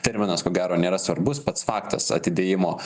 terminas ko gero nėra svarbus pats faktas atidėjimo